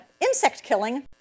insect-killing